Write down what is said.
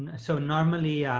so normally,